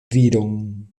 viron